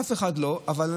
אף אחד לא יעשה